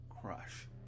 crush